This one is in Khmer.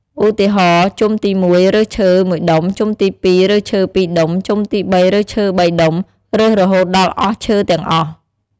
ឧទាហរណ៍ ជុំទី១ រើសឈើ ១ដុំ ជុំទី ២ រើសឈើ ២ ដុំ ជុំទី៣ រើសឈើ ៣ ដុំ រើសរហូតដល់អស់ឈើទាំងអស់។